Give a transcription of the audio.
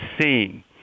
seeing